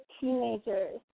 teenagers